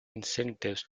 incentives